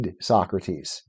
Socrates